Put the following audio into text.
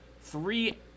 Three